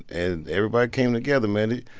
and everybody came together, man.